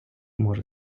може